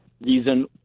reason